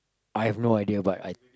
I have no idea but I